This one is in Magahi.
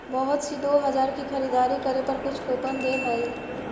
बहुत सी दो हजार की खरीदारी करे पर कुछ कूपन दे हई